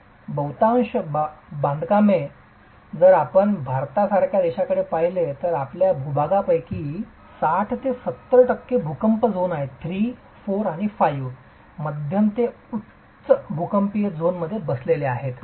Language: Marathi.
यापैकी बहुतांश बांधकामे जर आपण भारतासारख्या देशाकडे पाहिले तर आपल्या भूभागापैकी 60 ते 70 टक्के भूकंप भूकंप झोन III IV आणि V मध्यम ते उच्च भूकंपीय झोन मध्ये बसलेला आहे